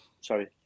Sorry